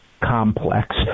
complex